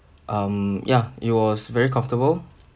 um ya it was very comfortable